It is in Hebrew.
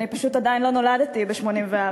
פשוט עדיין לא נולדתי ב-1984,